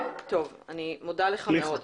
אני מאוד מודה לך.